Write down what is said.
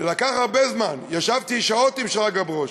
לקח הרבה זמן, ישבתי שעות עם שרגא ברוש.